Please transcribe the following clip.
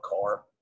car